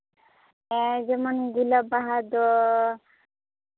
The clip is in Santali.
ᱦᱮᱸ ᱡᱮᱢᱚᱱ ᱜᱳᱞᱟᱯ ᱵᱟᱦᱟ ᱫᱚ